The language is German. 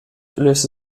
löste